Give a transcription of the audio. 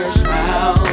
smile